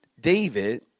David